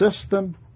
system